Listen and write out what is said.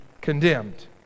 condemned